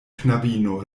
knabino